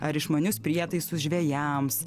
ar išmanius prietaisus žvejams